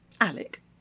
Alec